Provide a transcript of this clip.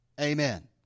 Amen